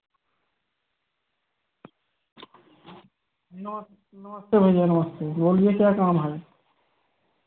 नमस नमस्ते भैया नमस्ते बोलिए क्या काम है